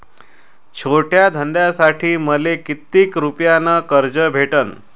छोट्या धंद्यासाठी मले कितीक रुपयानं कर्ज भेटन?